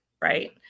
right